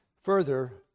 Further